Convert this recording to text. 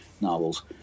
novels